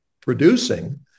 producing